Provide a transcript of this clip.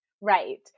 right